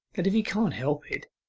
that if he can't help it,